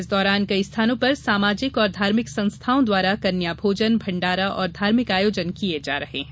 इस दौरान कई स्थानों पर सामाजिक और धार्मिक संस्थाओं द्वारा कन्या भोजन भंडारा और धार्मिक आयोजन किये जा रहे हैं